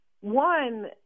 one